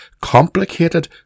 complicated